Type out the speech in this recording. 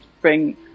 bring